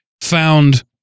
found